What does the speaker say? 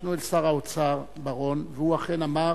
ניגשנו אל שר האוצר בר-און, והוא אכן אמר: